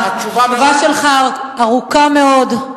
התשובה שלך ארוכה מאוד,